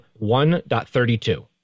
1.32